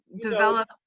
develop